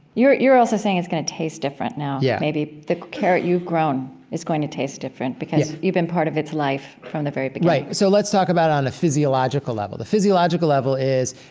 you're you're also saying it's going to taste different now. yeah maybe the carrot you've grown is going to taste different because you've been part of its life from the very beginning right. so let's talk about on the physiological level. the physiological level is,